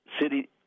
City